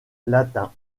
latin